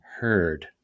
heard